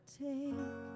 take